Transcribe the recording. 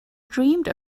dreamed